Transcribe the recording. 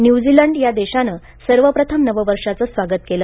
New Zealand या देशानं सर्वप्रथम नववर्षाचं स्वागत केलं